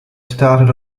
started